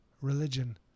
religion